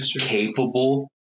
capable